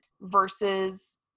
versus